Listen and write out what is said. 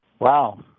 Wow